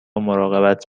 مراقبت